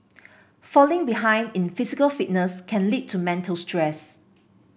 falling behind in physical fitness can lead to mental stress